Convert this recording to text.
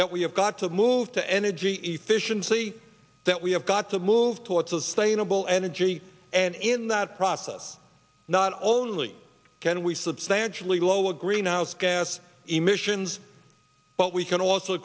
that we have got to move to energy efficiency that we have got to move towards the same noble energy and in that process not only can we substantially lower greenhouse gas emissions but we can also